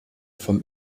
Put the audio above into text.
vom